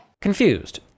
confused